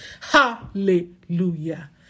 hallelujah